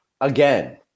again